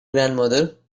grandmother